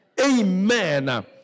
Amen